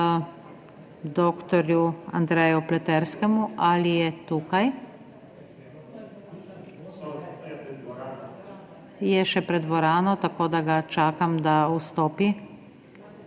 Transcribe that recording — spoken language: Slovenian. dddr. Andreju Pleterskemu. Ali je tukaj? Je še pred dvorano, tako da ga čakam, da vstopi.